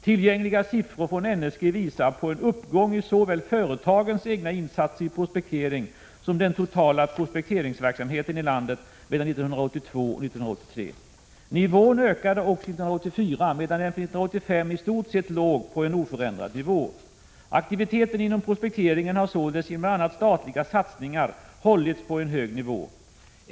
Tillgängliga siffror från NSG visar på en uppgång i såväl företagens egna insatser i prospektering som den totala prospekteringsverksamheten i landet mellan 1982 och 1983. Nivån ökade också 1984, medan den för 1985 i stort sett låg på en oförändrad nivå. Aktiviteten inom prospekteringen har således genom bl.a. statliga satsningar hållits på en hög nivå.